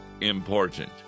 important